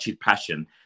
passion